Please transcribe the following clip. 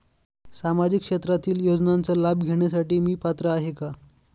सामाजिक क्षेत्रातील योजनांचा लाभ घेण्यास मी पात्र आहे का?